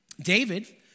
David